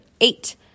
eight